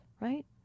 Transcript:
right